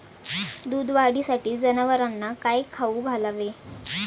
दूध वाढीसाठी जनावरांना काय खाऊ घालावे?